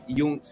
yung